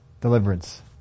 deliverance